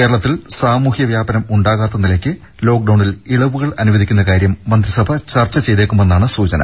കേരളത്തിൽ സാമൂഹ്യ വ്യാപനം ഉണ്ടാവാത്ത നിലയ്ക്ക് ലോക്ഡൌണിൽ ഇളവുകൾ അനുവദിക്കുന്ന കാര്യം മന്ത്രിസഭ ചർച്ച ചെയ്തേക്കുമെന്നാണ് സൂചന